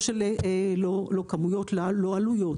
לא כמויות, לא עלויות.